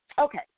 okay